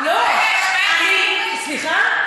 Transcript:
לא, לא.